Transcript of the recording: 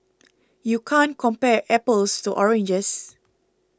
you can't compare apples to oranges